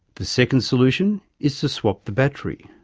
the second solution is to swap the battery.